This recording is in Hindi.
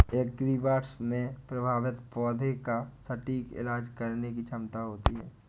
एग्रीबॉट्स में प्रभावित पौधे का सटीक इलाज करने की क्षमता होती है